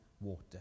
water